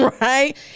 right